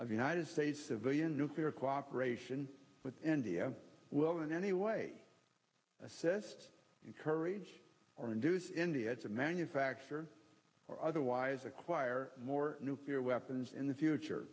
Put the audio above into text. of united states civilian nuclear cooperation with india will in any way assist encourage or induce india to manufacture or otherwise acquire more nuclear weapons in the future